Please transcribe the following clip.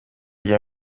bya